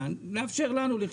המבנית שקיימת כבר מ-2017.